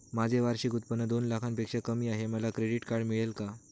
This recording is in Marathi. माझे वार्षिक उत्त्पन्न दोन लाखांपेक्षा कमी आहे, मला क्रेडिट कार्ड मिळेल का?